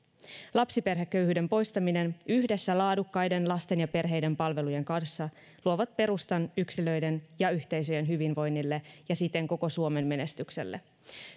lapsiperheköyhyyden poistaminen yhdessä laadukkaiden lasten ja perheiden palveluiden kanssa luovat perustan yksilöiden ja yhteisöjen hyvinvoinnille ja siten koko suomen menestykselle